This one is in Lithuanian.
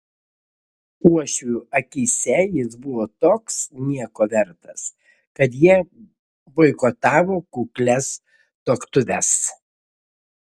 uošvių akyse jis buvo toks nieko vertas kad jie boikotavo kuklias tuoktuves